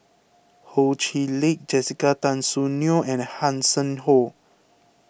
Ho Chee Lick Jessica Tan Soon Neo and Hanson Ho